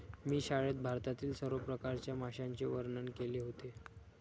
मी शाळेत भारतातील सर्व प्रकारच्या माशांचे वर्णन केले होते